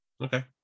Okay